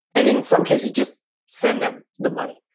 and in some cases, just send them the money.